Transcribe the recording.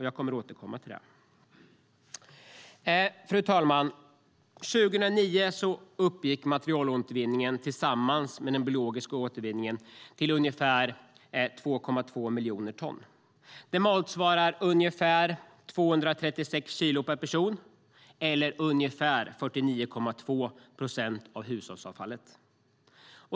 Jag återkommer till det. Fru talman! År 2009 uppgick materialåtervinningen tillsammans med den biologiska återvinningen till ca 2,2 miljoner ton. Det motsvarar ungefär 236 kilo per person eller 49,2 procent av hushållsavfallet.